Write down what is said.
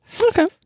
Okay